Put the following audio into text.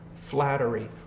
flattery